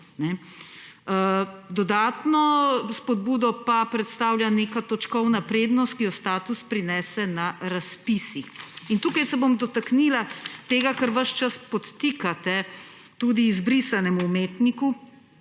Dodatno spodbudo pa predstavlja neka točkovna prednost, ki jo status prinese na razpisih. Tukaj se bom dotaknila tega, kar ves čas podtikate tudi izbrisanemu umetniku,